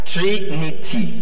Trinity